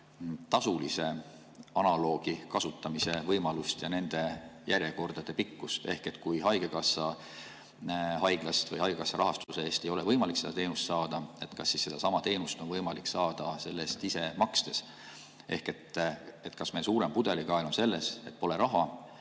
tasulise analoogi kasutamise võimalust ja nende järjekordade pikkust? Ehk kui haigekassa rahastuse eest ei ole võimalik seda teenust saada, kas siis sedasama teenust on võimalik saada selle eest ise makstes? Kas meil suurem pudelikael on selles, et pole raha,